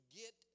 get